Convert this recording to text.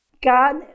God